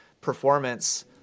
performance